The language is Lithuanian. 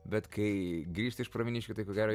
bet kai grįžti iš pravieniškių tai ko gero